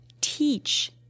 teach